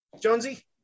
Jonesy